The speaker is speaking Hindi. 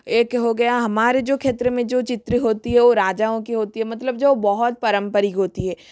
एक हो गया हमारे जो क्षेत्र में जो चित्र होती है वह राजाओं की होती है मतलब जो बहुत पारम्परिक होती है